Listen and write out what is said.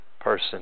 person